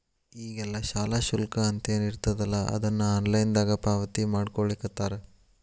ಈಗೆಲ್ಲಾ ಶಾಲಾ ಶುಲ್ಕ ಅಂತೇನಿರ್ತದಲಾ ಅದನ್ನ ಆನ್ಲೈನ್ ದಾಗ ಪಾವತಿಮಾಡ್ಕೊಳ್ಳಿಖತ್ತಾರ